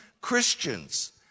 Christians